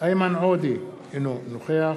איימן עודה, אינו נוכח